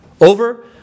over